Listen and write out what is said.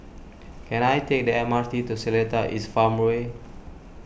can I take the M R T to Seletar East Farmway